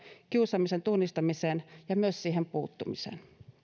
kiusaamisen tunnistamiseen ja myös siihen puuttumiseen